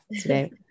today